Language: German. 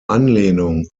anlehnung